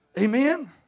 Amen